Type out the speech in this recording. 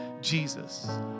Jesus